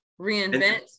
reinvent